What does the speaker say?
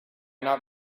not